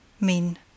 mean